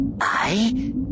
I